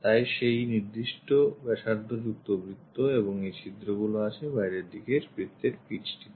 তাই সেই নির্দিষ্ট ব্যাসার্ধ যুক্ত বৃত্ত এবং এই ছিদ্রগুলি আছে বাইরের দিকের বৃত্তের pitch টিতে